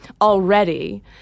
already